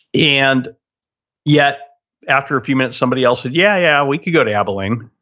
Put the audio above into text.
and yet after a few minutes, somebody else said, yeah, we could go to abilene.